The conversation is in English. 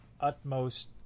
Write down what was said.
utmost